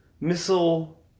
missile